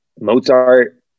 Mozart